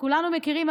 כולנו מכירים,